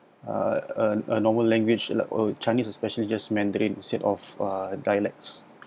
a a a normal language like chinese especially just mandarin instead of uh dialects